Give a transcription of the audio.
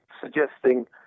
suggesting